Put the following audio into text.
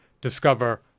discover